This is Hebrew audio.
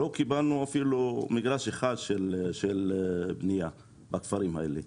לא קיבלנו אפילו מגרש אחד לבנייה בכפרים האלה.